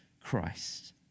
Christ